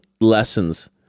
lessons